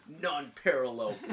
non-parallel